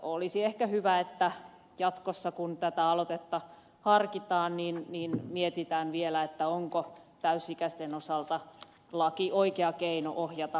olisi ehkä hyvä että jatkossa kun tätä aloitetta harkitaan mietitään vielä onko täysikäisten osalta laki oikea keino ohjata terveellisiin elämäntapoihin